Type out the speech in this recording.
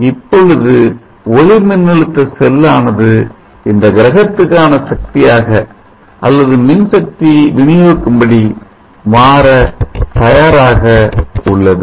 ஆகவே இப்பொழுது ஒளிமின்னழுத்த செல்லானது இந்த கிரகத்துக்கான சக்தியாக அல்லது மின் சக்தி வினியோகிக்கும் படி மாற தயாராக உள்ளது